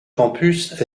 campus